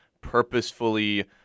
purposefully